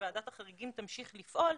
שוועדת החריגים תמשיך לפעול,